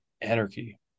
anarchy